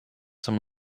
some